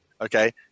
okay